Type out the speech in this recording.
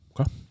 Okay